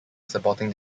supporting